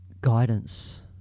guidance